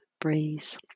breeze